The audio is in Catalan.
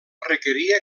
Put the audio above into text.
requeria